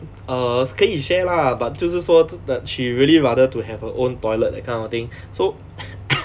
err 是可以 share lah but 就是说 that she really rather to have her own toilet that kind of thing so